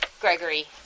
Gregory